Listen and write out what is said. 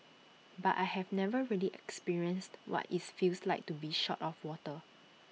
but I have never really experienced what IT feels like to be short of water